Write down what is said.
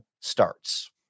starts